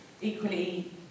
Equally